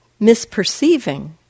misperceiving